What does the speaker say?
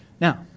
Now